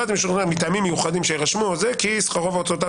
מטעמים מיוחדים שיירשמו כי שכרו והוצאותיו